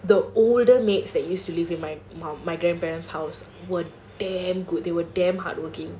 the older maids that used to live in my grandparents house were damn good they were damn hardworking